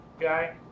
guy